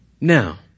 Now